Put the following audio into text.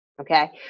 okay